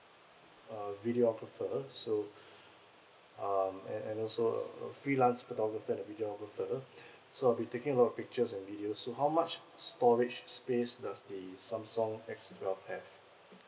uh video photographer so um and and also a freelance photographer and video photographer so I'll be taking a lot of pictures and videos so how much storage space does the samsung S twelve have